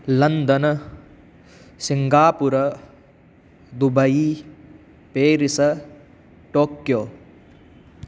London Singapore Dubai Paris Tokyo